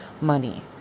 money